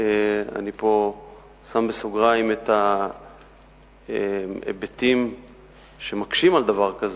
אני שם פה בסוגריים את ההיבטים שמקשים על דבר כזה,